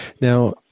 Now